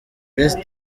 best